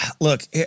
Look